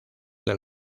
del